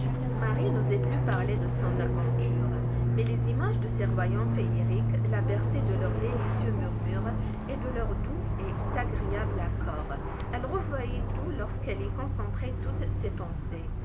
marie n'osait plus parler de son aventure mais les images de ces royaumes féeriques la berçaient de leurs délicieux murmures et de leurs doux et agréables accords elle revoyait tout lorsqu'elle y concentrait toutes ses pensées